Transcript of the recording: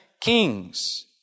kings